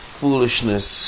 foolishness